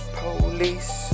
police